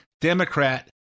Democrat